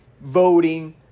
voting